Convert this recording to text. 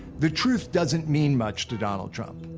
the truth doesn't mean much to donald trump.